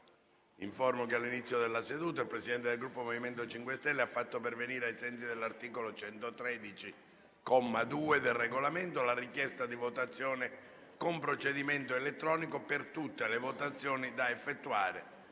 che all'inizio della seduta il Presidente del Gruppo MoVimento 5 Stelle ha fatto pervenire, ai sensi dell'articolo 113, comma 2, del Regolamento, la richiesta di votazione con procedimento elettronico per tutte le votazioni da effettuare